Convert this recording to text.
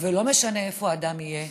לא משנה איפה האדם יהיה,